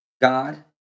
god